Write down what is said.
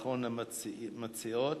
אחרונת המציעים,